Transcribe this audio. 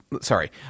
Sorry